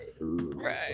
right